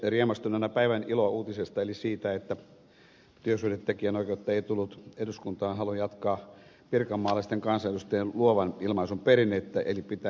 riemastuneena päivän ilouutisesta eli siitä että työsuhdetekijänoikeutta ei tullut eduskuntaan haluan jatkaa pirkanmaalaisten kansanedustajien luovan ilmaisun perinnettä eli pitää niin sanotun kuttupuheen